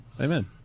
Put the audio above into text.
Amen